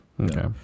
Okay